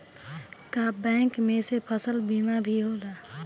का बैंक में से फसल बीमा भी होला?